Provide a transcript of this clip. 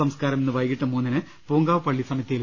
സംസ്കാരം ഇന്ന് വൈകിട്ട് മൂന്നിന് പൂങ്കാവ് പള്ളി സെമിത്തേരിയിൽ